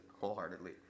wholeheartedly